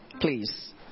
please